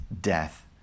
death